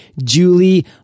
Julie